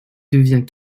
devient